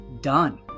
done